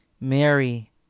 Mary